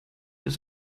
ist